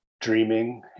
dreaming